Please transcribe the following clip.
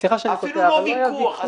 סליחה שאני קוטע, לא היה ויכוח.